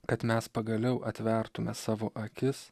kad mes pagaliau atvertume savo akis